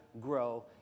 grow